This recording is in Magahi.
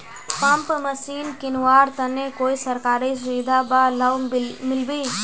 पंप मशीन किनवार तने कोई सरकारी सुविधा बा लव मिल्बी?